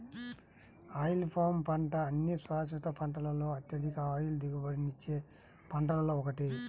oil palm పంట అన్ని శాశ్వత పంటలలో అత్యధిక ఆయిల్ దిగుబడినిచ్చే పంటలలో ఒకటి